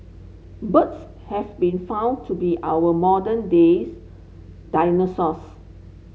birds have been found to be our modern days dinosaurs